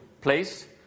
place